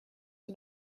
for